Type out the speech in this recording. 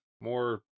more